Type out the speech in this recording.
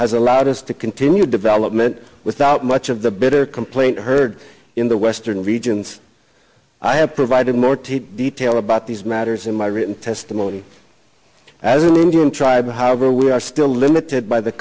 has allowed us to continue development without much of the bitter complaint heard in the western regions i have provided more to detail about these matters in my written testimony as an indian tribe however we are still limited by the